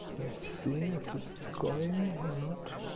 let's see if this is going or not.